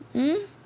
mm